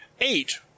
eight